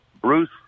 Bruce